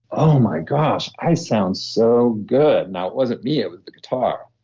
oh my gosh, i sound so good. now, it wasn't me, it was the guitar,